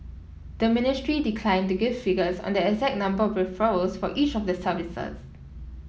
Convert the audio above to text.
the ministry declined to give figures on the exact number of referrals for each of the services